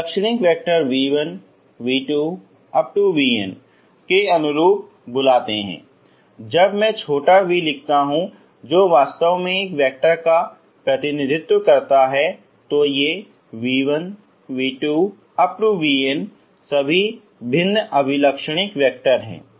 अभिलक्षणिक vector v1v2vn के अनुरूप बुलाते हैं जब मैं छोटा v लिखता हूँ जो वास्तव में एक वेक्टर का प्रतिनिधित्व करता है तो ये v1v2vn सभी भिन्न अभिलक्षणिक वैक्टर है